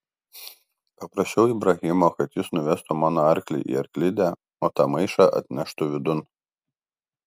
paprašiau ibrahimo kad jis nuvestų mano arklį į arklidę o tą maišą atneštų vidun